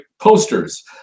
posters